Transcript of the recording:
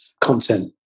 content